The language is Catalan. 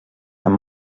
amb